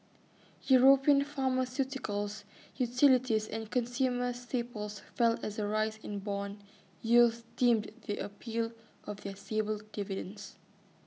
european pharmaceuticals utilities and consumer staples fell as the rise in Bond yields dimmed the appeal of their stable dividends